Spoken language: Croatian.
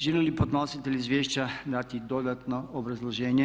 Želi li podnositelj izvješća dati dodatno obrazloženje?